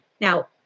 Now